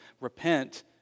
Repent